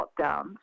lockdowns